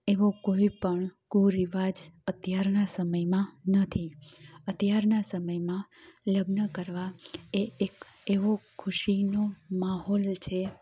એવો કોઈપણ કો રિવાજ અત્યારના સમયમાં નથી અત્યારના સમયમાં લગ્ન કરવા એ એક એવો ખુશીનો માહોલ છે